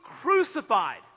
crucified